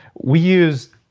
we use